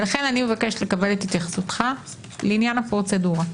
לכן אני מבקשת לקבל את התייחסותך לעניין הפרוצדורה.